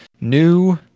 new